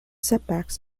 setbacks